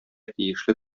тиешле